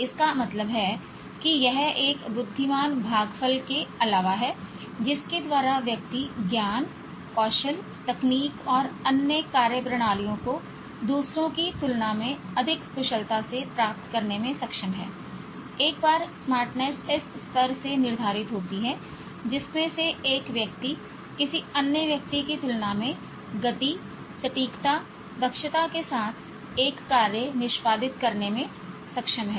इसका मतलब है कि यह एक बुद्धिमान भागफल के अलावा है जिसके द्वारा व्यक्ति ज्ञान कौशल तकनीक और अन्य कार्यप्रणालियों को दूसरों की तुलना में अधिक कुशलता से प्राप्त करने में सक्षम है एक बार स्मार्टनेस इस स्तर से निर्धारित होती है जिसमें से एक व्यक्ति किसी अन्य व्यक्ति की तुलना में गति सटीकता दक्षता के साथ एक कार्य निष्पादित करने में सक्षम है